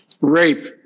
Rape